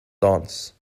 dance